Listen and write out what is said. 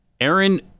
Aaron